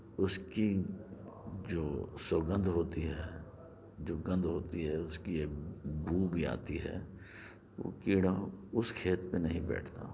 اُس کی جو سگندھ ہوتی ہے جو گندھ ہوتی ہے اُس کی ایک بُو بھی آتی ہے وہ کیڑا اُس کھیت پہ نہیں بیٹھتا